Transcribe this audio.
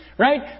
right